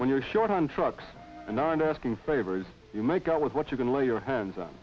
when you're short on trucks and i'm asking favors you make out with what you can lay your hands on